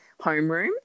homeroom